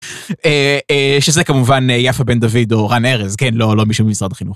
שזה כמובן יפה בן דוד או רן ארז כן לא לא מישהו ממשרד החינוך.